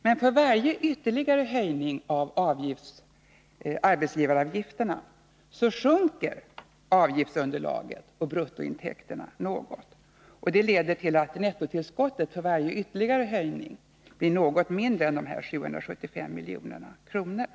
Men för varje ytterligare höjning av arbetsgivaravgifterna minskar avgiftsunderlaget och bruttointäkterna något. Det leder till att nettotillskottet för varje ytterligare höjning blir något mindre än de här 775 miljoner kronorna.